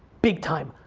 big time.